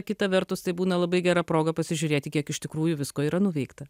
kita vertus tai būna labai gera proga pasižiūrėti kiek iš tikrųjų visko yra nuveikta